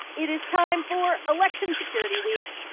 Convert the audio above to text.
it is time for election security week,